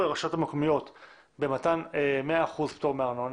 הרשתות המקומיות במתן 100% פטור מארנונה,